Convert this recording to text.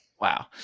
Wow